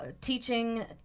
teaching